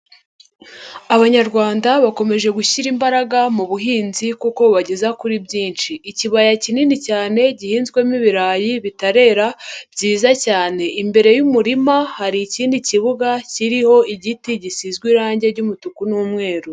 Abanyarwanda bakomeje gushyira imbaraga mu buhinzi kuko bubageza kuri byinshi. Ikibaya kinini cyane, gihinzwemo ibirayi, bitare, byiza cyane. Imbere y'umurima, hari ikindi kibuga kiriho igiti, gisizwe irangi ry'umutuku n'umweru.